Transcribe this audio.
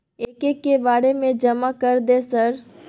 एक एक के बारे जमा कर दे सर?